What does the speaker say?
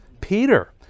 Peter